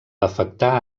afectar